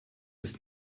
ist